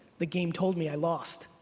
the game told me i lost,